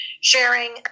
sharing